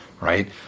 right